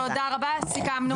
תודה רבה, סיכמנו.